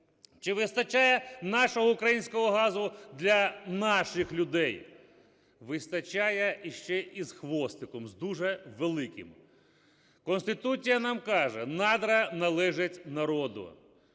Чи вистачає нашого українського газу для наших людей? Вистачає і ще і з "хвостиком" дуже великим. Конституція нам каже, надра належать народу.